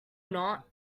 not